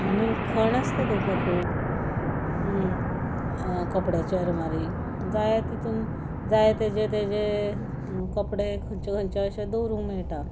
आनी खण आसता तेका खूब कपड्याच्या आरमारीक जाये तितून जाय तशे तेजे कपडे खंयच्या अशे दवरूंक मेळटा